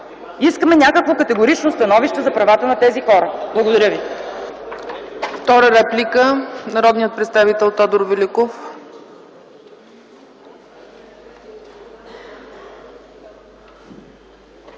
Искаме някакво категорично становище за правата на тези хора! Благодаря ви.